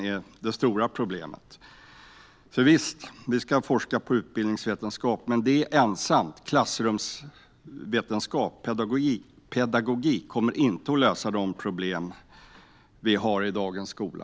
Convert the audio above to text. Visst ska det forskas i utbildningsvetenskap. Men det ensamt - klassrumsvetenskap och pedagogik - kommer inte att lösa problemen i dagens skola.